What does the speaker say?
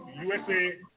USA